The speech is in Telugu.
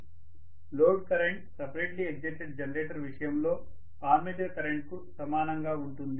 load current separately excited generator విషయంలో ఆర్మేచర్ కరెంట్ కు సమానంగా ఉంటుంది